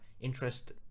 interest